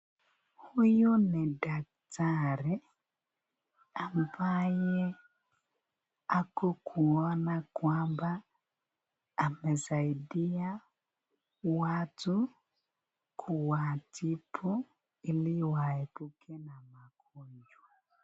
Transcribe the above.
Huyu ni daktari ambaye ako kuona kwamba amesaidia watu kuwatibu ili waepuke na magonjwa.